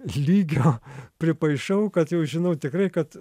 lygio pripaišau kad jau žinau tikrai kad